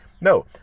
No